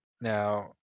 now